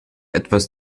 etwas